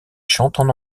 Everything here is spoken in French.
chantent